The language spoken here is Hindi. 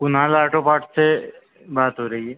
कुनाल आटो पाट से बात हो रही है